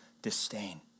disdain